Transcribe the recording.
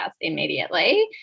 immediately